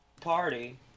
party